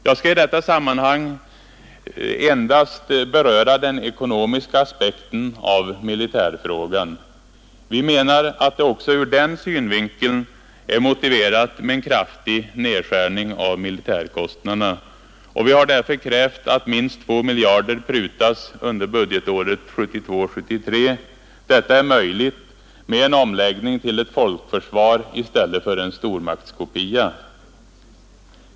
Jag skall i detta sammanhang endast beröra den ekonomiska aspekten av militärfrågan. Vi menar att det också ur den synvinkeln är motiverat med en kraftig nedskärning av militärkostnaderna, och vi har därför krävt att minst 2 miljarder prutas under budgetåret 1972/73. Detta är möjligt med en omläggning till ett folkförsvar i stället för en stormaktskopia.